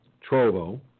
Trovo